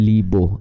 Libo